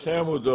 ואני אציין,